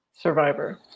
survivor